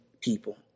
people